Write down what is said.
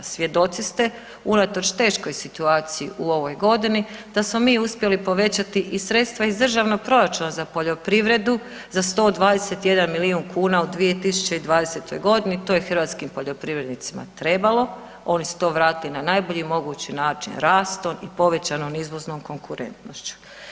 Svjedoci ste unatoč teškoj situaciji u ovoj godini da smo mi uspjeli povećati i sredstva iz državnog proračuna za poljoprivredu za 121 milijun kuna u 2020.g. to je hrvatskim poljoprivrednicima trebalo, oni su to vratili na najbolji mogući način rastom i povećanom izvoznom konkurentnošću.